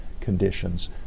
conditions